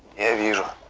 have you